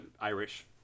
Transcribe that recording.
irish